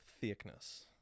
thickness